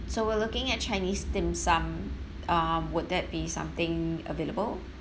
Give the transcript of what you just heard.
so we're looking at chinese dim sum uh would that be something available